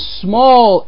small